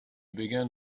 began